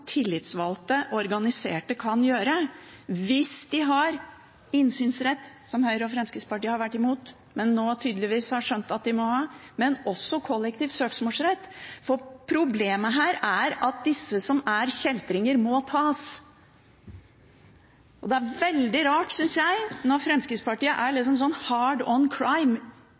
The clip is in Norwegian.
tillitsvalgte og organiserte kan gjøre hvis de har innsynsrett – som Høyre og Fremskrittspartiet har vært imot, men nå tydeligvis har skjønt at de må ha – men også kollektiv søksmålsrett. For problemet her er at de som er kjeltringer, må tas. Og det er veldig rart, synes jeg, når Fremskrittspartiet er så «hard on crime»